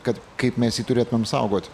kad kaip mes jį turėtumėm saugot